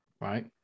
right